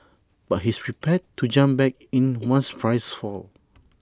but he's prepared to jump back in once prices fall